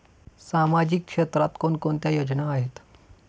सामाजिक क्षेत्रात कोणकोणत्या योजना आहेत?